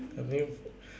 a new